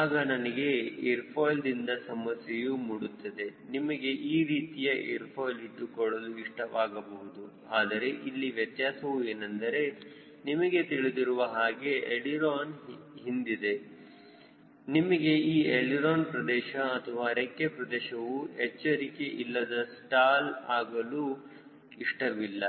ಆಗ ನಿಮಗೆ ಏರ್ ಫಾಯ್ಲ್ದಿಂದ ಸಮಸ್ಯೆಯು ಮೂಡುತ್ತದೆ ನಿಮಗೆ ಈ ರೀತಿಯ ಏರ್ ಫಾಯ್ಲ್ ಇಟ್ಟುಕೊಳ್ಳಲು ಇಷ್ಟವಾಗಬಹುದು ಮತ್ತು ಇಲ್ಲಿ ವ್ಯತ್ಯಾಸವು ಏನೆಂದರೆ ನಿಮಗೆ ತಿಳಿದಿರುವ ಹಾಗೆ ಎಳಿರೋನ ಹಿಂದಿದೆ ನಿಮಗೆ ಈ ಎಳಿರೋನ ಪ್ರದೇಶ ಅಥವಾ ರೆಕ್ಕೆ ಪ್ರದೇಶವು ಎಚ್ಚರಿಕೆ ಇಲ್ಲದೆ ಸ್ಟಾಲ್ ಆಗಲೂ ಇಷ್ಟವಿಲ್ಲ